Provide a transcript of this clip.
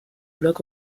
blog